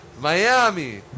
Miami